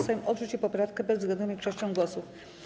Sejm odrzucił poprawkę bezwzględną większością głosów.